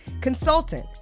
Consultant